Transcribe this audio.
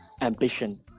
ambition